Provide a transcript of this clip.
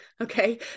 Okay